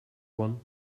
one